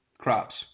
crops